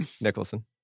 Nicholson